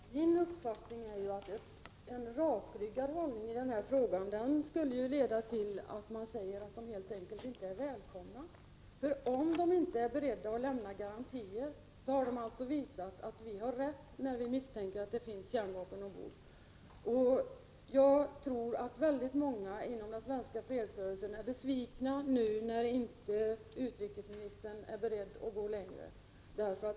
Herr talman! Min uppfattning är att en rakryggad hållning i den här frågan skulle leda till att vi sade att dessa besök helt enkelt inte är välkomna. Om besökarna inte är beredda att lämna garantier, har de alltså visat att vi har rätt när vi misstänker att det finns kärnvapen ombord. Säkerligen är många inom den svenska fredsrörelsen besvikna när utrikesministern inte är beredd att gå längre.